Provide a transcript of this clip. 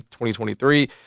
2023